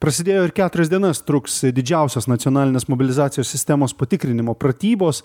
prasidėjo ir keturias dienas truks didžiausios nacionalinės mobilizacijos sistemos patikrinimo pratybos